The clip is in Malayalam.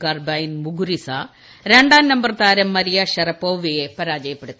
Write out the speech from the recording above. ഗാർബെയിൻ മുഗുരിസ രണ്ടാം നമ്പർ താരം മരിയ ഷറപ്പോവയെ പരാജയപ്പെടുത്തി